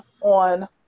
on